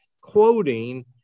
quoting